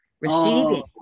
receiving